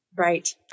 Right